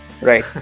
right